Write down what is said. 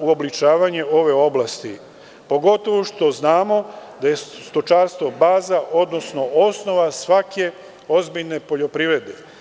uobličavanje ove oblasti, pogotovo što znamo da je stočarstvo baza, odnosno osnova svake ozbiljne poljoprivrede.